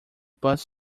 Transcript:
bus